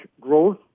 growth